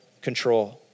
control